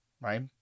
right